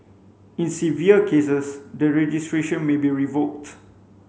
in severe cases the registration may be revoked